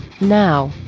now